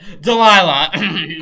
Delilah